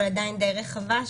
אבל עדיין די רחבה.